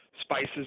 spices